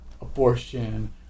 abortion